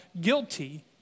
guilty